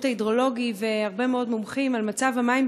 ההידרולוגי ומהרבה מאוד מומחים על מצב המים,